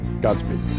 Godspeed